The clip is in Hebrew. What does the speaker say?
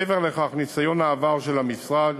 מעבר לכך, ניסיון העבר של המשרד